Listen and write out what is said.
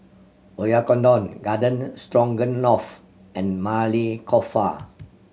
Oyakodon Garden Stroganoff and Maili Kofta